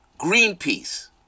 Greenpeace